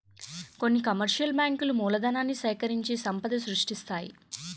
కొన్ని కమర్షియల్ బ్యాంకులు మూలధనాన్ని సేకరించి సంపద సృష్టిస్తాయి